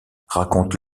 raconte